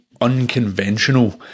unconventional